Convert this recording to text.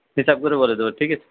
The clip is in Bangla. হিসাব করে বলে দেব ঠিক আছে